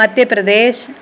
Madhya Pradesh